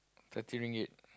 thirty ringgit